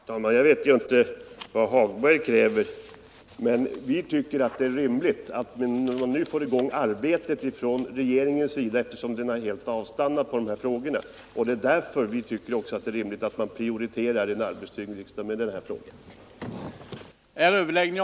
Herr talman! Jag vet ju inte vad herr Hagberg kräver, men vi tycker att det är rimligt att man i en arbetstyngd riksdag prioriterar de här frågorna — när nu regeringen på nytt får i gång arbetet med dem efter det att arbetet helt avstannat.